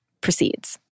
proceeds